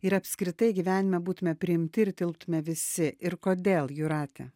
ir apskritai gyvenime būtume priimti ir tilptume visi ir kodėl jūrate